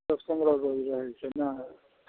दश पन्द्रह रोज रहैत छै नहि